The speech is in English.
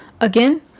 Again